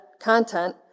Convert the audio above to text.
content